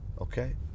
okay